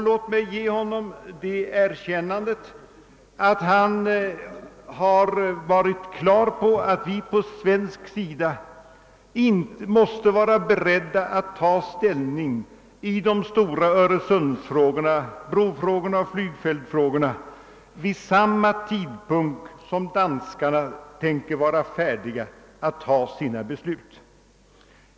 Låt mig ge honom det erkännandet, att han har varit på det klara med att vi på svensk sida måste vara beredda att ta ställning i de stora öresundsfrågorna — brofrågorna och flygfältsfrågorna — vid samma tidpunkt som danskarna beräknar att vara färdiga att fatta sina beslut.